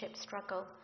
struggle